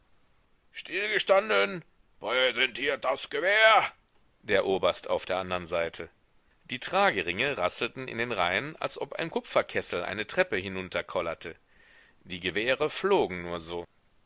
stillgestanden präsentiert das gewehr der oberst auf der andern seite die trageringe rasselten in den reihen als ob ein kupferkessel eine treppe hinunterkollerte die gewehre flogen nur so